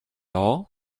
all